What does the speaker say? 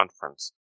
conference